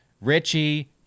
Richie